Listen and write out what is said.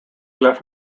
left